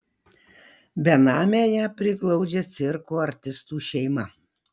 benamę ją priglaudžia cirko artistų šeima